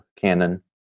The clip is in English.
Canon